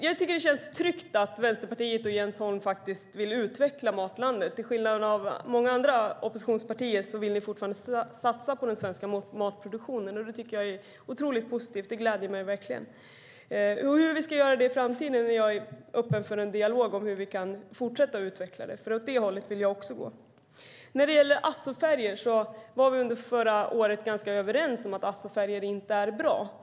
Jag tycker att det känns tryggt att Vänsterpartiet och Jens Holm vill utveckla Matlandet Sverige. Till skillnad från många andra oppositionspartier vill ni fortfarande satsa på den svenska matproduktionen, och det tycker jag är otroligt positivt. Det gläder mig verkligen. Hur vi ska göra det i framtiden och hur vi kan fortsätta att utveckla det är jag öppen för en dialog om. Åt det hållet vill nämligen jag också gå. När det gäller azofärger var vi under förra året överens om att azofärger inte är bra.